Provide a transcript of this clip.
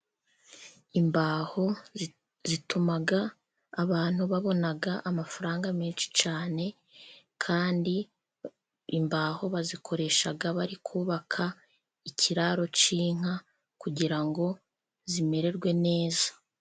Imbaho zituma abantu babona amafaranga menshi cyane, kandi imbaho bazikoresha bari kubaka ikiraro cy'inka, kugira ngo zimererwe neza.